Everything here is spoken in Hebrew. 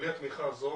בלי התמיכה הזאת